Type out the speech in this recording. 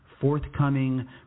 forthcoming